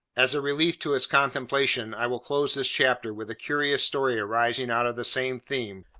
as a relief to its contemplation, i will close this chapter with a curious story arising out of the same theme,